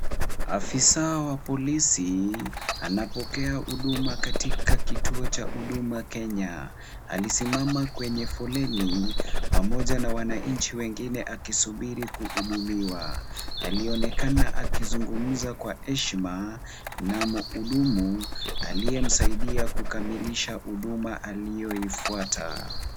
Afisa wa polisi, anapokea huduma katika kituo cha Huduma Kenya. Alisimama kwenye foleni pamoja na wananchi wengine akisubiri kuhudumiwa. Alionekana akizungumza kwa heshima na mhudumu aliyemsaidia kukamilisha huduma alioifuata.